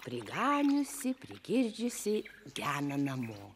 priganiusi prigirdžiusi gena namo